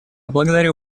благодарю